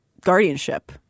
guardianship